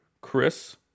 Chris